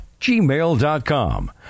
gmail.com